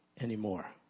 anymore